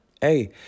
hey